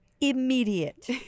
Immediate